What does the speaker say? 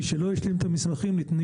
למי שלא השלים את המסמכים אנחנו נותנים